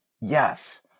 Yes